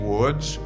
Woods